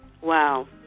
Wow